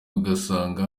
ugasanga